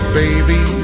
baby